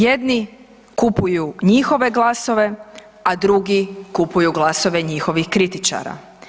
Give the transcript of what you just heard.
Jedni kupuju njihove glasove, a drugi kupuju glasove njihovih kritičara.